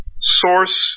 Source